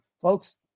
folks